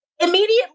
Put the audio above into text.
immediately